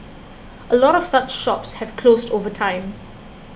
a lot of such shops have closed over time